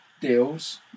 deals